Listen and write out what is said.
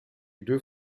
deux